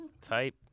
Type